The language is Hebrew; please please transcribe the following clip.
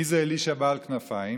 מי זה אלישע בעל כנפיים?